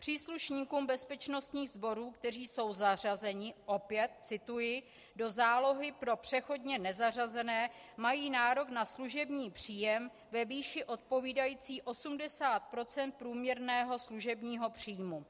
Příslušníci bezpečnostních sborů, kteří jsou zařazeni opět cituji do zálohy pro přechodně nezařazené, mají nárok na služební příjem ve výši odpovídající 80 % průměrného služebního příjmu.